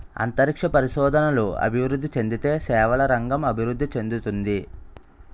అంతరిక్ష పరిశోధనలు అభివృద్ధి చెందితే సేవల రంగం అభివృద్ధి చెందుతుంది